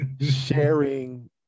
sharing